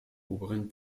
oberen